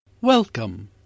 welcome